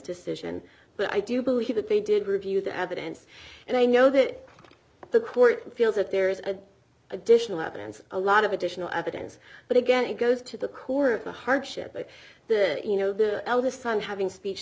decision but i do believe that they did review the evidence and i know that the court feels that there is an additional evidence a lot of additional evidence but again it goes to the core of the hardship and the you know the eldest son having speech